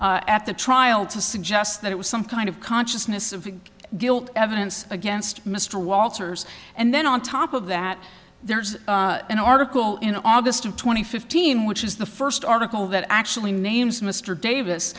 and at the trial to suggest that it was some kind of consciousness of guilt evidence against mr walters and then on top of that there's an article in august of two thousand and fifteen which is the first article that actually names mr davis